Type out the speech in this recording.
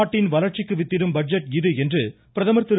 நாட்டின் வளர்ச்சிக்கு வித்திடும் பட்ஜெட் இது என்று பிரதமர் திரு